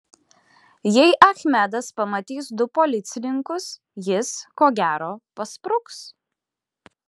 jei achmedas pamatys du policininkus jis ko gero paspruks